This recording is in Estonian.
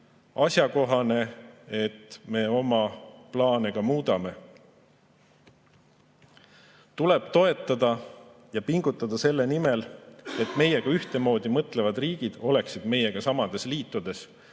asjakohane, et me oma plaane ka muudame. Tuleb toetada seda ja pingutada selle nimel, et meiega ühtemoodi mõtlevad riigid oleksid meiega samades liitudes.